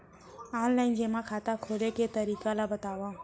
Online जेमा खाता खोले के तरीका ल बतावव?